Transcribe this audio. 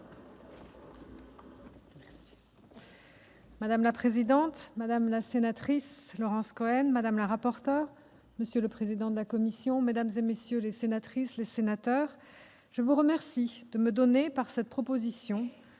Madame la présidente, madame la sénatrice Laurence Cohen, madame la rapporteur, monsieur le président de la commission, mesdames, messieurs les sénateurs, je vous remercie de me donner, par cette proposition